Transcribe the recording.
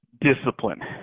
discipline